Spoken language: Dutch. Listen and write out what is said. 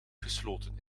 gesloten